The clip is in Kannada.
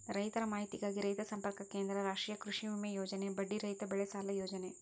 ರೈತರ ಮಾಹಿತಿಗಾಗಿ ರೈತ ಸಂಪರ್ಕ ಕೇಂದ್ರ, ರಾಷ್ಟ್ರೇಯ ಕೃಷಿವಿಮೆ ಯೋಜನೆ, ಬಡ್ಡಿ ರಹಿತ ಬೆಳೆಸಾಲ ಯೋಜನೆ